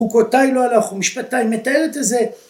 חוקותיי לא הלכו, משפטיי, מתארת איזה